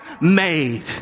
made